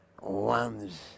ones